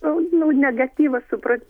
jau jau negatyvas su prad